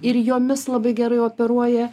ir jomis labai gerai operuoja